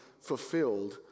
fulfilled